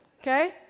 okay